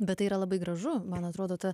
bet tai yra labai gražu man atrodo ta